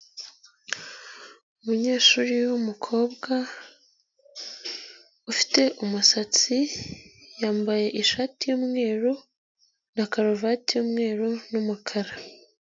Umunyeshuri w'umukobwa ufite umusatsi, yambaye ishati y'umweru na karuvati y'umweru n'umukara.